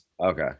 okay